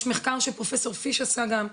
יש מחקר שפרופ' פיש עשה גם,